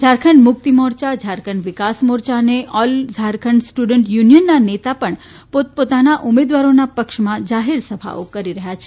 ઝારખંડ મુક્તિ મોરચા ઝારખંડ વિકાસ મોરચા અને all Jharkhand student યુનિયનના નેતા પણ પોતાના ઉમેદવારોના પક્ષમાં જનસભાઓ કરી રહ્યાં છે